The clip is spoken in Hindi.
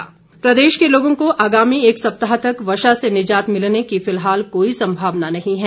मौसम प्रदेश के लोगों को आगामी एक सप्ताह तक वर्षा से निजात मिलने की फिलहाल कोई सम्भावना नहीं है